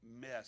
mess